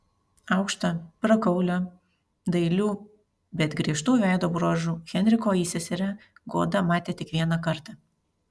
aukštą prakaulią dailių bet griežtų veido bruožų henriko įseserę goda matė tik vieną kartą